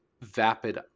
vapid